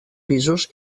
pisos